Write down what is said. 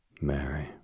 Mary